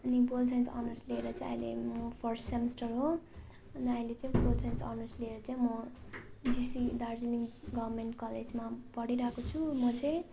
अनि pol science honours लिएर चाहिँ अहिले म फर्स्ट सेमिस्टर हो अन्त अहिले चाहिँ पोल साइन्स अनर्स लिएर चाहिँ म जिसी दार्जिलिङ गभर्मेन्ट कलेजमा पढिरहेको छु म चाहिँ